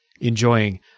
enjoying